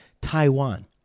Taiwan